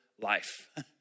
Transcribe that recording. life